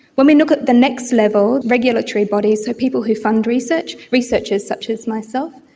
when we look at the next level, regulatory bodies, so people who fund research, researchers such as myself,